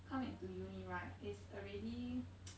come into uni right is already